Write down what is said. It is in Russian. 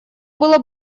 было